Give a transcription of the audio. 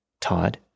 Todd